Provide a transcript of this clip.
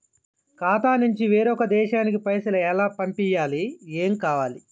ఖాతా నుంచి వేరొక దేశానికి పైసలు ఎలా పంపియ్యాలి? ఏమేం కావాలి?